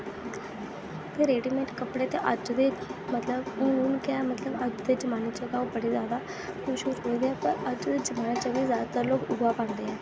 readymade कपड़े अज्ज दे मतलब हून केह् मतलब अज्ज दे जमाने च बड़ा जैदा मश्हूर होऐ दे पर अज्ज दे जमाने च जैदातर लोग उऐ पांदे हे